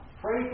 Pray